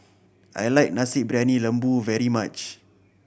I like Nasi Briyani Lembu very much